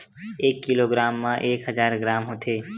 एक किलोग्राम मा एक हजार ग्राम होथे